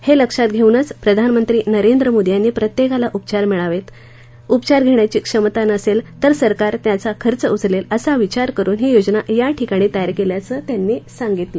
हे लक्षात घेऊनच प्रधानमंत्री नरेंद्र मोदी यांनी प्रत्येकाला उपचार मिळावेत गरीबांना उपचार मिळावेत उपचार घेण्याची क्षमता नसेल तर सरकार त्याचा खर्च उचलेल असा विचार करून ही योजना याठिकाणी तयार केल्याचं त्यांनी सांगितलं